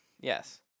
Yes